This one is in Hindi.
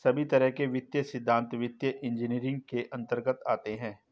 सभी तरह के वित्तीय सिद्धान्त वित्तीय इन्जीनियरिंग के अन्तर्गत आते हैं